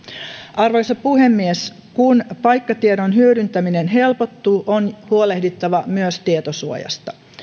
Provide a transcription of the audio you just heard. arvoisa puhemies kun paikkatiedon hyödyntäminen helpottuu on huolehdittava myös tietosuojasta